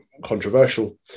controversial